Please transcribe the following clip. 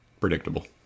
predictable